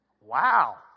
Wow